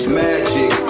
magic